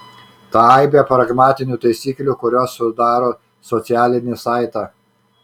tą aibę pragmatinių taisyklių kurios sudaro socialinį saitą